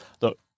look